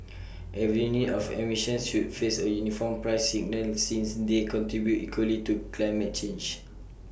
every unit of emissions should face A uniform price signal since they contribute equally to climate change